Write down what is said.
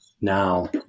now